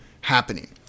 happening